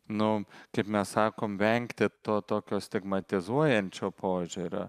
nu kaip mes sakom vengti to tokio stigmatizuojančio požiūrio